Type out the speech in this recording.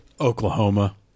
Oklahoma